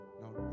No